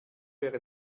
wäre